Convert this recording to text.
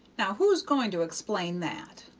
now, who's going to explain that?